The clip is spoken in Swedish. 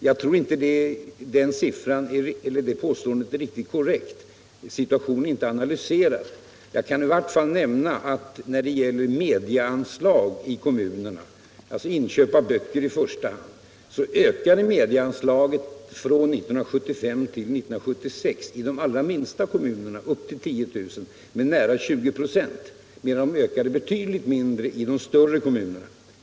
Jag tror inte det påståendet är riktigt korrekt. Situationen är inte analyserad. Jag kan i varje fall nämna att medieanslaget, som används för inköp av böcker, från 1975 till 1976 ökade med nära 20 ". i de allra minsta kommunerna, de som har upp till 10 000 invånare, medan det ökade betydligt mindre i de större kommunerna.